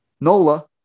Nola